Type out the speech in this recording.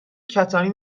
کتانی